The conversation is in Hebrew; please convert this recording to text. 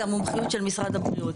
זה המומחיות של משרד הבריאות.